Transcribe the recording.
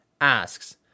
asks